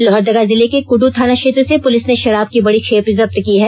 लोहरदगा जिले के कुड़ू थाना क्षेत्र से पुलिस ने शराब की बड़ी खेप जब्त की है